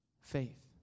faith